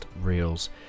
reels